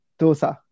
dosa